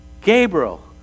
Gabriel